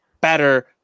better